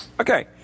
Okay